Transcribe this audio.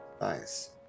Nice